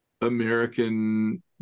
American